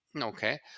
okay